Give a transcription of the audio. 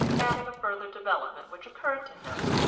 adding a further development which occurred to him,